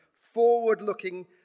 forward-looking